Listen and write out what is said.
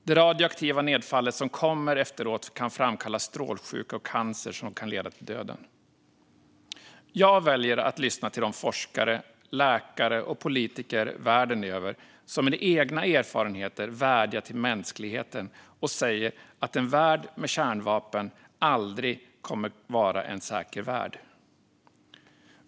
Det radioaktiva nedfallet som kommer efteråt kan framkalla strålsjuka och cancer som kan leda till döden." Jag väljer att lyssna till de forskare, läkare och politiker världen över som utifrån egna erfarenheter vädjar till mänskligheten och säger att en värld med kärnvapen aldrig kommer att vara en säker värld.